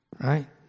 Right